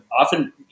often